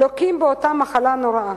לוקים באותה מחלה נוראה.